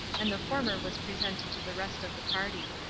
and the former was presented to the rest of the party.